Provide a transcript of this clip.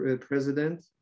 president